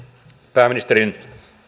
pääministerin